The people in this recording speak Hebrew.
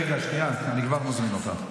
רגע, אני כבר מזמין אותך.